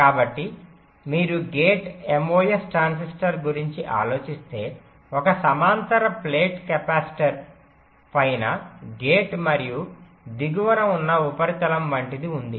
కాబట్టి మీరు gate MOS transistor గురించి ఆలోచిస్తే ఒక సమాంతర ప్లేట్ కెపాసిటర్ పైన గేట్ మరియు దిగువన ఉన్న ఉపరితలం వంటిది ఉంది